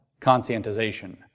conscientization